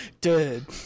Dude